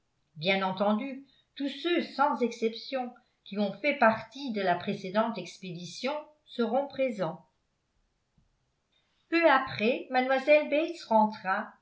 bien entendu tous ceux sans exception qui ont fait partie de la précédente expédition seront présents peu après mlle bates rentra